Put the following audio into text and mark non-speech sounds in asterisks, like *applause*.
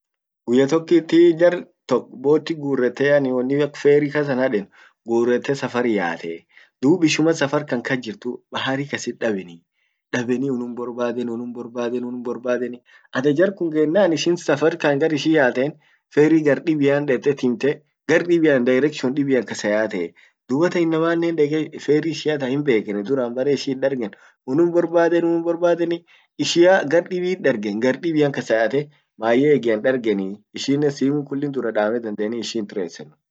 guyya tokit *hesitation* jar tok boti gurrete woni ak feri kasa haden gurrete safar yaate dub ishuma safar kan kas jirtu bahari kasit dabenii, dabeni unnum borbadeni, unum borbadeni, unum borbadeni ada jarkun gennan ishin safar kan gar ishin yaaten feri gar dibian dete timte, gar dibian directions dibian kasa yaate dubattan inamannen deke feri ishia tan himbekeni bare ishi it dargen unum borbadeni, unum borbadeni, ishia gar dibit dargen, gar dibian kasa yaate mayye egian dargeni ishinen simu kulli dura dame dandani ishi hintracenu.